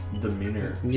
demeanor